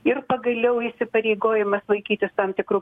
ir pagaliau įsipareigojimas laikytis tam tikrų